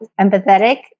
empathetic